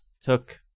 took